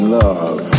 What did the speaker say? love